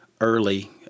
early